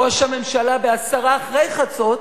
ראש הממשלה בעשר דקות אחרי חצות